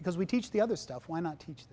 because we teach the other stuff why not teach